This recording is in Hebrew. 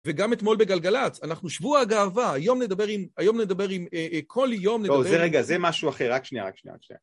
וגם אתמול בגלגלץ, אנחנו שבוע הגאווה, היום נדבר עם, היום נדבר עם, כל יום נדבר עם... טוב, זה רגע, זה משהו אחר, רק שנייה, רק שנייה.